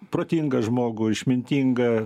protingą žmogų išmintingą